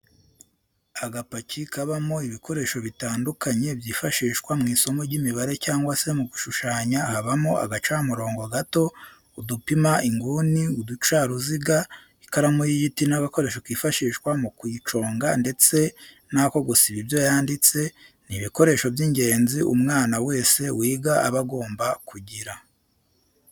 Agapaki kabamo ibikoresho bitandukanye byifashishwa mw'isomo ry'imibare cyangwa se mu gushushanya habamo agacamurobo gato, udupima inguni, uducaruziga ,ikaramu y'igiti n'agakoresho kifashishwa mu kuyiconga ndetse n'ako gusiba ibyo yanditse, ni ibikoresho by'ingenzi umwana wese wiga aba agomba kugira.